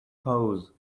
pose